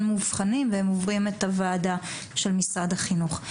מאובחנים והם עוברים את הוועדה של משרד החינוך.